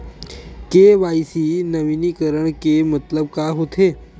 KYC नवीनीकरण के मतलब का होथे?